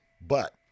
But-